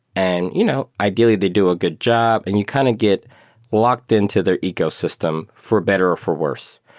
and you know ideally they do a good job and you kind of get locked into their ecosystem for better or for worse.